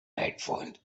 headphones